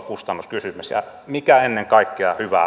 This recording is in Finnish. ja mikä ennen kaikkea hyvää